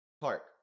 park